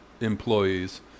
employees